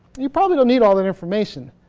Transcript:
you probably don't need all that information.